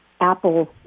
Apple